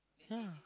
yeah